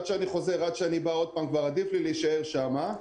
עדיף לי כבר להישאר שם".